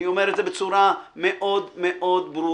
אני אומר את זה בצורה מאוד מאוד ברורה.